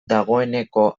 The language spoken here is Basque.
dagoeneko